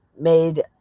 made